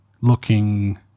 looking